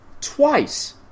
Twice